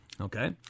Okay